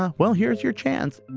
ah well, here's your chance